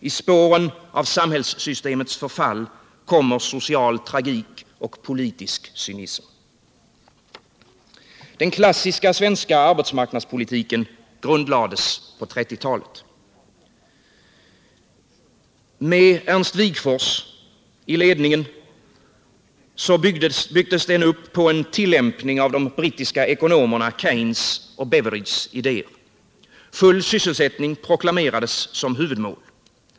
I spåren av samhällssystemets förfall kommer social tragik och politisk cynism. Den klassiska svenska arbetsmarknadspolitiken grundlades på 1930-talet. Med Ernst Wigforss i: ledningen byggdes den upp på en tillämpning av Keynes och Beveridges idéer. Full sysselsättning proklamerades som huvudmål.